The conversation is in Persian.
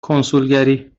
کنسولگری